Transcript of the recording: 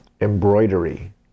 embroidery